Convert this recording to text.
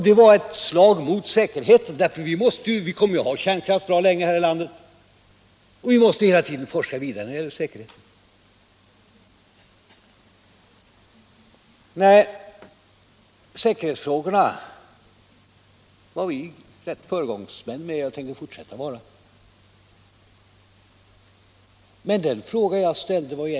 Det var ett slag mot säkerheten, därför att vi kommer att ha kärnkraft bra länge här i landet. Vi måste hela tiden forska vidare när det gäller säkerheten. I säkerhetsfrågorna var vi föregångsmän och tänker fortsätta att vara det.